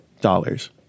dollars